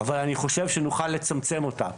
אבל אני חושב שנוכל לצמצם אותה.